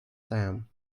them